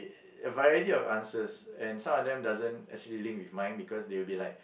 a variety of answers and some of them doesn't actually link with mine because they will be like